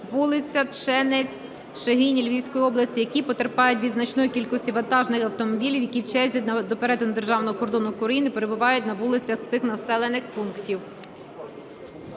Волиця, Тщенець, Шегині Львівської області, які потерпають від значної кількості вантажних автомобілів, які в черзі до перетину державного кордону України перебувають на вулицях цих населених пунктів.